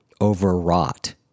overwrought